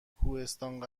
کوهستان